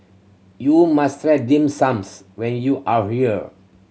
you must try dim sums when you are here